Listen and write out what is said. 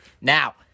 Now